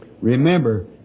Remember